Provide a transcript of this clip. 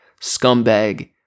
scumbag